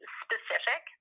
specific